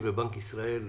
וגם הדחיפות של הדברים,